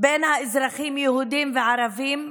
בין אזרחים יהודים לערבים,